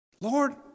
Lord